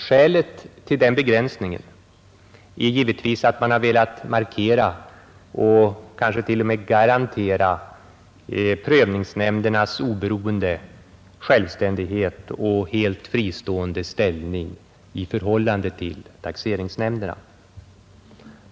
Skälet till den begränsningen är givetvis att man har velat markera och kanske t.o.m. garantera prövningsnämndernas oberoende, självständighet och helt fristående ställning i förhållande till taxeringsnämnderna.